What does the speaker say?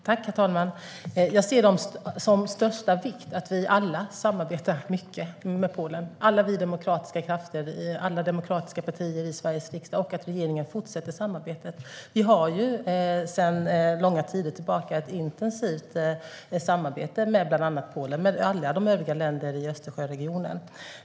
Herr talman! Jag anser det vara av största vikt att vi alla samarbetar med Polen, alla demokratiska partier i Sveriges riksdag. Det är också viktigt att regeringen fortsätter samarbetet. Vi har sedan lång tid tillbaka ett intensivt samarbete med Polen och med alla övriga länder i Östersjöregionen.